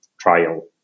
trial